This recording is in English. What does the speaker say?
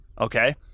Okay